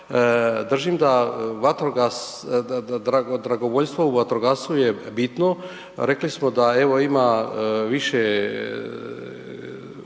Držim da dragovoljstvo u vatrogastvu je bitno. Rekli smo da evo ima više